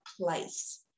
place